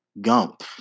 Gump